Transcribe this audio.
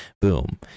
boom